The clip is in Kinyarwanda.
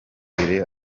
ifumbire